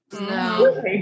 no